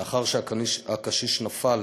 לאחר שהקשיש נפל